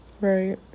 Right